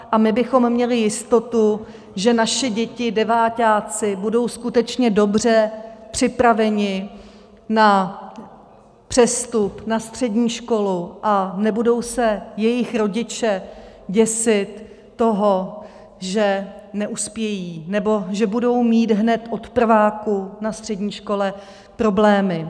A my bychom měli jistotu, že naše děti deváťáci budou skutečně dobře připraveny na přestup na střední školu a nebudou se jejich rodiče děsit toho, že neuspějí nebo že budou mít hned od prváku na střední škole problémy.